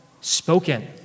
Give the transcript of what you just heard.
spoken